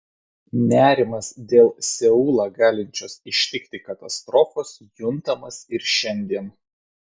nerimas dėl seulą galinčios ištikti katastrofos juntamas ir šiandien